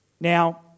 Now